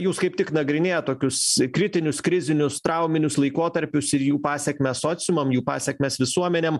jūs kaip tik nagrinėjat tokius kritinius krizinius trauminius laikotarpius ir jų pasekmes sociumam jų pasekmes visuomenėm